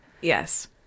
Yes